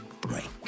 break